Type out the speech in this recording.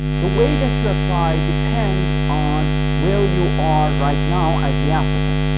the way that you apply depends on where you are right now as the applicant.